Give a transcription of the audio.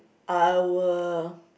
I will